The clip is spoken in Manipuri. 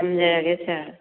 ꯊꯝꯖꯔꯒꯦ ꯁꯥꯔ